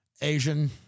Asian